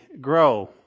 grow